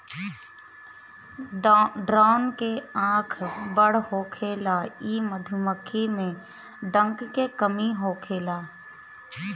drone के आँख बड़ होखेला इ मधुमक्खी में डंक के कमी होखेला